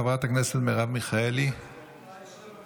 חברת הכנסת מרב מיכאלי, איננה.